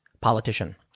politician